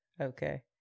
okay